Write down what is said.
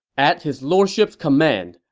at his lordship's command,